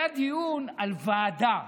היה דיון על ועדה,